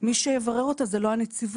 מי שיברר אותה זה לא הנציבות.